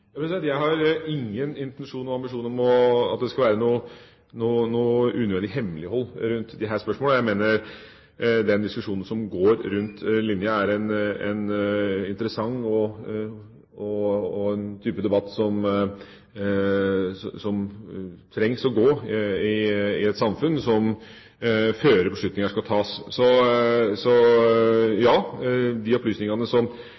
Jeg har ingen intensjon eller ambisjon om at det skal være noe unødig hemmelighold rundt disse spørsmålene. Jeg mener at den diskusjonen som går rundt linja, er interessant; det er en type debatt som trengs i et samfunn før beslutninger skal tas. Så ja, de opplysningene som det er naturlig blir gjort kjent i det spørsmålet, bør gjøres kjent. Så